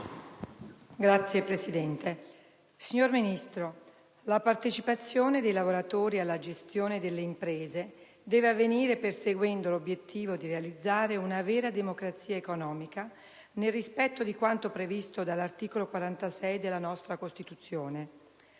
signor Ministro, la partecipazione dei lavoratori alla gestione delle imprese deve avvenire perseguendo l'obiettivo di realizzare una vera democrazia economica, nel rispetto di quanto previsto dall'articolo 46 della nostra Costituzione.